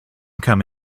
come